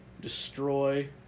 destroy